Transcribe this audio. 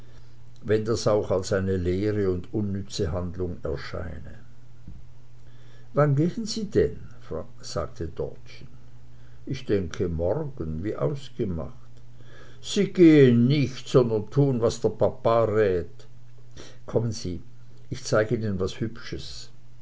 wenn das auch als eine leere und unnütze handlung erscheine wann gehen sie denn sagte dortchen ich denke morgen wie ausgemacht sie gehen nicht sondern tun was der papa rät kommen sie ich zeig ihnen was hübsches